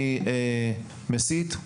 מי מסית,